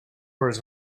words